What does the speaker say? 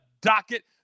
docket